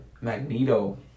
Magneto